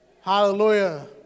hallelujah